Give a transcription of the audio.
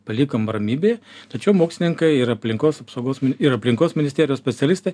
paliekam ramybėj tačiau mokslininkai ir aplinkos apsaugos ir aplinkos ministerijos specialistai